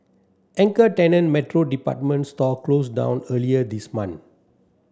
anchor tenant Metro department store closed down earlier this month